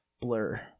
Blur